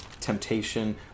temptation